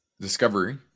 discovery